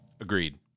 Agreed